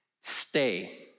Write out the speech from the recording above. stay